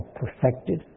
perfected